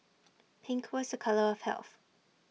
pink was A colour of health